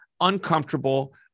uncomfortable